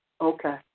Okay